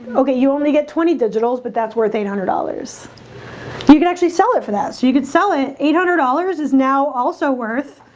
ok, you only get twenty digital's but that's worth eight hundred dollars you can actually sell it for that so you could sell it eight hundred dollars is now also worth,